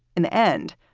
in the end,